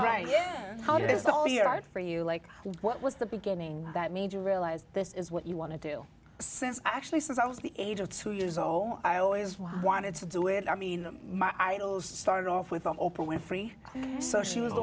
art for you like it was the beginning that made you realize this is what you want to do since actually since i was the age of two years old i always wanted to do it i mean my idol started off with oprah winfrey so she was